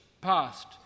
passed